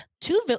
two